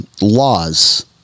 laws